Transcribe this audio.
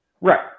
Right